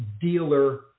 dealer